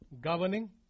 governing